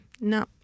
No